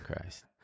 Christ